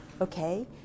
okay